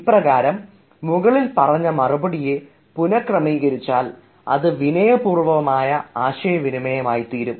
ഇപ്രകാരം മുകളിൽ പറഞ്ഞ മറുപടിയെ പുനർ ക്രമീകരിച്ചാൽ അത് വിനയപൂർവ്വമായ ആശയവിനിമയമായി തീരും